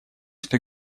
что